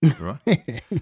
right